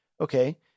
okay